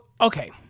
okay